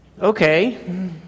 okay